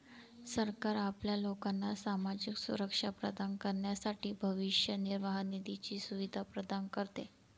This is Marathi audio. सरकार आपल्या लोकांना सामाजिक सुरक्षा प्रदान करण्यासाठी भविष्य निर्वाह निधीची सुविधा प्रदान करते